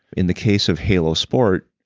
in the case of halo sport,